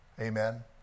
Amen